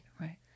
right